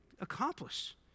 accomplish